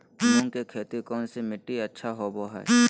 मूंग की खेती कौन सी मिट्टी अच्छा होबो हाय?